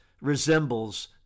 resembles